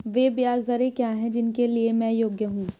वे ब्याज दरें क्या हैं जिनके लिए मैं योग्य हूँ?